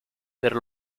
per